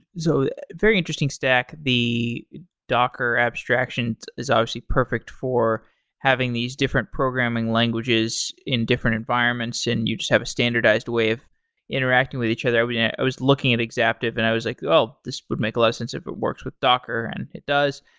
so very interesting stack. the docker abstraction is obviously perfect for having these different programming languages in different environments and you just have a standardized way of interacting with each other. i yeah was looking at exaptive and i was like, oh, this would make a lot of sense if it works with docker, and it does.